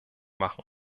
machen